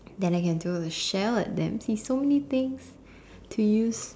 then I can throw the shell at them see so many things to use